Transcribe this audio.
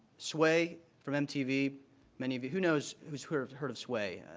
sway, from mtv many of you who knows who has heard heard of sway?